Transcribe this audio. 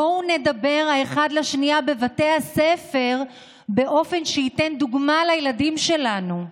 בואו נדבר האחד לשנייה בבתי הספר באופן שייתן דוגמה לילדים שלנו.